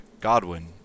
Godwin